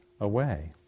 away